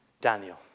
Daniel